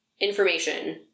information